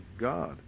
God